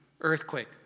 earthquake